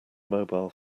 mobile